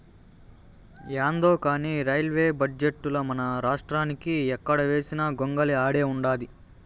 యాందో కానీ రైల్వే బడ్జెటుల మనరాష్ట్రానికి ఎక్కడ వేసిన గొంగలి ఆడే ఉండాది